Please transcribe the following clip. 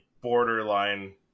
borderline